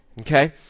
okay